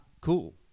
cool